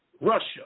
Russia